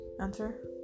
answer